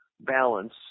balance